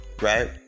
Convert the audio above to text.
right